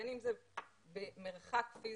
בין אם זה במרחק פיזי.